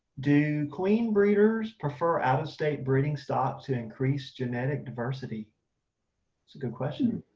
do queen breeders prefer out of state breeding stock to increase genetic diversity it's a good question.